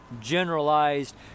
generalized